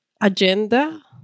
agenda